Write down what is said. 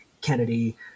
Kennedy